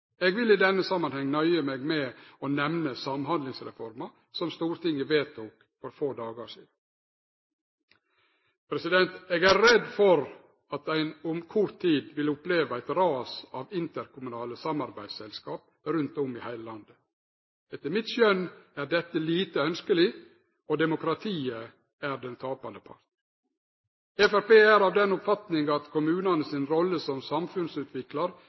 Eg vil i denne samanhengen nøye meg med å nemne Samhandlingsreforma, som Stortinget vedtok for få dagar sidan. Eg er redd for at ein om kort tid vil oppleve eit ras av interkommunale samarbeidsselskap rundt om i heile landet. Etter mitt skjønn er dette lite ønskjeleg, og demokratiet er den tapande parten. Framstegspartiet er av den oppfatninga at kommunane si rolle som samfunnsutviklar